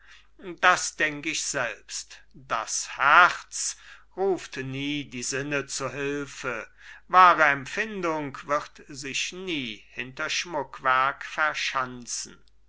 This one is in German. das denk ich selbst das herz ruft nie die sinne zu hilfe wahre empfindung wird sich nie hinter schmuckwerk verschanzen